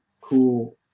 cool